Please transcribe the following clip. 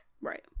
Right